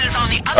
on the